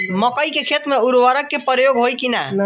मकई के खेती में उर्वरक के प्रयोग होई की ना?